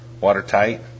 watertight